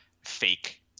fake